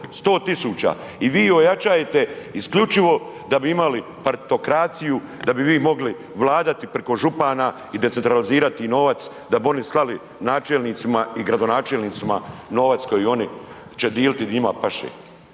100.000 i vi ojačajete isključivo da bi imali partitokraciju, da bi vi mogli vladati preko župana i decentralizirati novac da bi oni slali načelnicima i gradonačelnicima novac koji oni će diliti di njima paše.